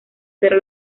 pero